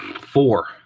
Four